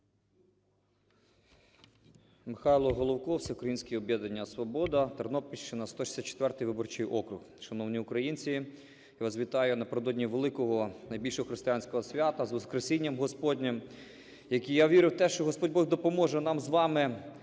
Михайло Головко, Всеукраїнське об'єднання "Свобода", Тернопільщина, 164 виборчий округ. Шановні українці, я вас вітаю напередодні великого, найбільшого християнського свята з Воскресінням Господнім. Я вірю в те, що Господь Бог допоможе нам з вами